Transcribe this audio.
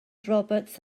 roberts